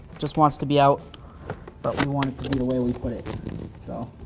just wants to be out but we want it to be the way we put it so